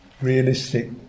Realistic